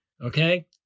okay